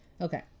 Okay